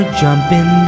jumping